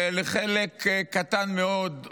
ולחלק קטן מאוד,